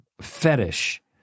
fetish